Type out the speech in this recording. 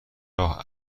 راه